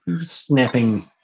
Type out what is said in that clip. snapping